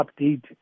update